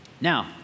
Now